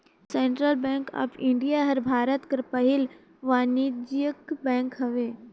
central bank of India हर भारत कर पहिल वानिज्यिक बेंक हवे